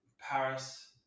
Paris